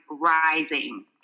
rising